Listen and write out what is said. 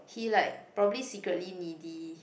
he like probably secretly needy